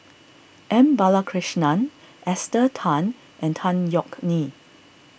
M Balakrishnan Esther Tan and Tan Yeok Nee